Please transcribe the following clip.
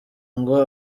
ngo